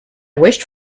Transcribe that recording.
wished